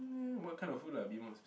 what kind of food lah be more specific